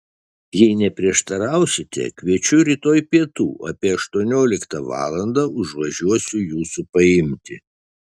jei neprieštarausite kviečiu rytoj pietų apie aštuonioliktą valandą užvažiuosiu jūsų paimti